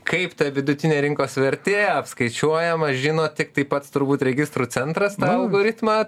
kaip ta vidutinė rinkos vertė apskaičiuojama žino tiktai pats turbūt registrų centras tą algoritmą